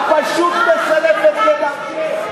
את פשוט מסלפת כדרכך.